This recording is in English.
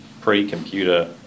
pre-computer